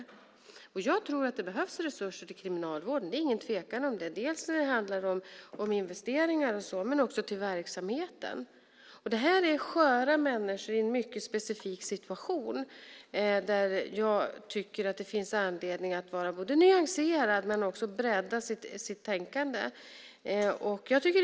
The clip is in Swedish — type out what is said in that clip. Det råder ingen tvekan om att det behövs resurser till Kriminalvården. Dels handlar det om investeringar och så vidare, men det behövs också pengar till verksamheten. Det här är sköra människor i en mycket specifik situation. Jag tycker att det finns anledning att både vara nyanserad och att bredda sitt tänkande.